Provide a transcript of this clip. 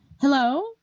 Hello